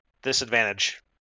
Disadvantage